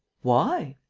why?